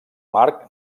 mar